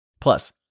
Plus